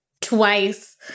twice